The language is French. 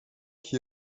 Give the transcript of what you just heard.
qui